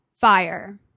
Fire